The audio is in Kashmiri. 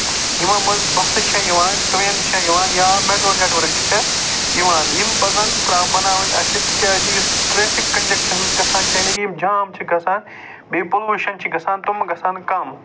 یِمَو منٛز بَسہٕ چھِےٚ یِوان ٹرٛینہٕ چھےٚ یِوان یا میٹرو نٮ۪ٹؤرٕک تہِ چھےٚ یِوان یِم پَزَن ترٛا بَناوٕنۍ اَسہِ تِکیٛازِ یُس ٹرٛیفِک کَنجٮ۪کشَنٕز گژھان چھِ یعنے کہِ یِم جام چھِ گژھان بیٚیہِ پٔلوٗشَن چھِ گژھان تُم گژھن کَم